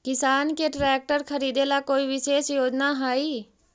किसान के ट्रैक्टर खरीदे ला कोई विशेष योजना हई?